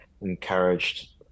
encouraged